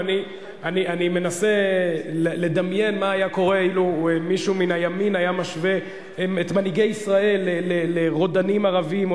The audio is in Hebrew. אני שמחה שאדוני ראש הממשלה מבהיר שלא היו דברים מעולם.